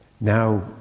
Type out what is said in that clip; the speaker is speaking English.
Now